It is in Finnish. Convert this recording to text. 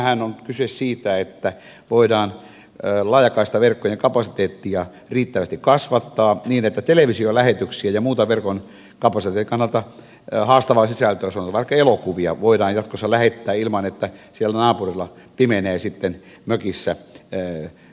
siinähän on kyse siitä että voidaan laajakaistaverkkojen kapasiteettia riittävästi kasvattaa niin että televisiolähetyksiä ja muuta verkon kapasiteetin kannalta haastavaa sisältöä sanotaan vaikka elokuvia voidaan jatkossa lähettää ilman että siellä naapurilla pimenee sitten mökissä nettiyhteys